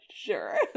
sure